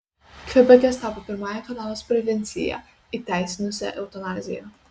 kvebekas tapo pirmąja kanados provincija įteisinusia eutanaziją